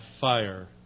fire